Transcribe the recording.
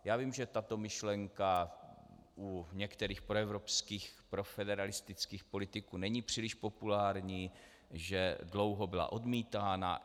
Já vím, že tato myšlenka u některých proevropských profederalistických politiků není příliš populární, že byla dlouho odmítána.